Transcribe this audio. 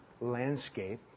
landscape